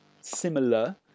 similar